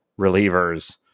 relievers